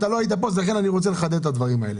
אתה לא היית פה אז לכן אני רוצה לחדד את הדברים האלה.